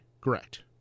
Correct